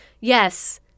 yes